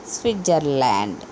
Switzerland